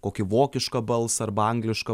kokį vokišką balsą arba anglišką